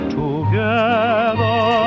together